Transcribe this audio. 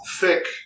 thick